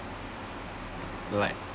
like